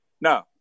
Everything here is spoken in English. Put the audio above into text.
No